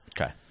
Okay